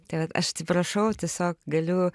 tai vat aš atsiprašau tiesiog galiu